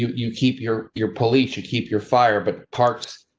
you you keep your, your police, you keep your fire, but parts.